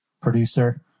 producer